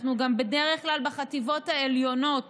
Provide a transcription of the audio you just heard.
בדרך כלל בחטיבות העליונות